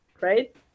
right